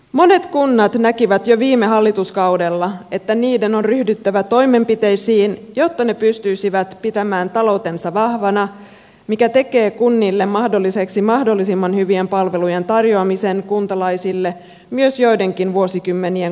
monet kunnat näkivät jo viime hallituskaudella että niiden on ryhdyttävä toimenpiteisiin jotta ne pystyisivät pitämään taloutensa vahvana mikä tekee kunnille mahdolliseksi mahdollisimman hyvien palvelujen tarjoamisen kuntalaisille myös joidenkin vuosikymmenien kuluttua